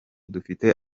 dufite